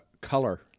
Color